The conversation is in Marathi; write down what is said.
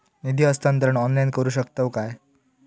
निधी हस्तांतरण ऑनलाइन करू शकतव काय?